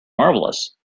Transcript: marvelous